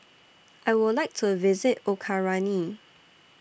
I Would like to visit Ukraine